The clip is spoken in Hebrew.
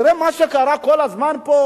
תראה מה קורה כל הזמן פה